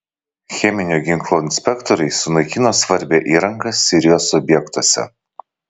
cheminio ginklo inspektoriai sunaikino svarbią įrangą sirijos objektuose